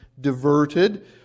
diverted